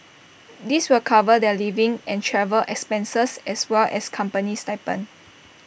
this will cover their living and travel expenses as well as company stipend